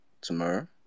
tomorrow